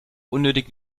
unnötig